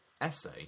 essay